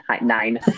nine